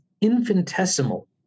infinitesimal